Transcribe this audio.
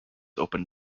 open